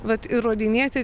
vat įrodinėti